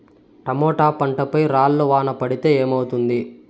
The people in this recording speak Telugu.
టమోటా పంట పై రాళ్లు వాన పడితే ఏమవుతుంది?